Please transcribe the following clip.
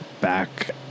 back